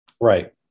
Right